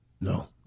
No